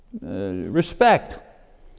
respect